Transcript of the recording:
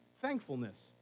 thankfulness